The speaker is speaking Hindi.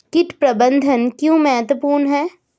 कीट प्रबंधन क्यों महत्वपूर्ण है?